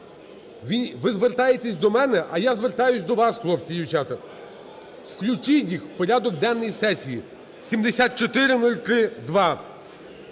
Ви звертаєтесь до мене, а я звертаюсь до вас, хлопці і дівчата. Включіть їх в порядок денний сесії, 7403-2.